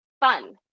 fun